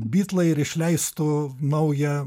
bitlai ir išleistų naują